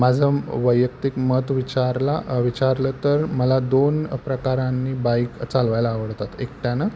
माझं वैयक्तिक मत विचारला विचारलं तर मला दोन प्रकारांनी बाईक चालवायला आवडतात एकट्यानं